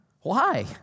Why